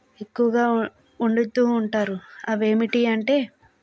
ఎక్కువగా వండుతూ ఉంటారు అవి ఏమిటి అంటే